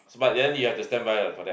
but then you have to standby ah for that